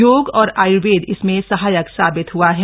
योग और आय्र्वेद इसमें सहायक साबित हुआ है